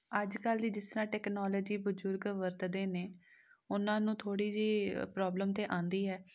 ਅੱਜ ਕੱਲ੍ਹ ਦੀ ਜਿਸ ਤਰ੍ਹਾਂ ਟੈਕਨੋਲਜੀ ਬਜ਼ੁਰਗ ਵਰਤਦੇ ਨੇ ਉਹਨਾਂ ਨੂੰ ਥੋੜ੍ਹੀ ਜਿਹੀ ਪ੍ਰੋਬਲਮ ਤਾਂ ਆਉਂਦੀ ਹੈ